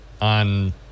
on